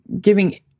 giving